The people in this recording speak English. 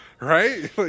Right